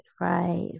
right